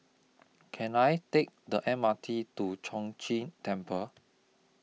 Can I Take The M R T to Chong Chee Temple